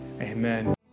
amen